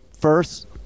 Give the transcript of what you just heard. first